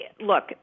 look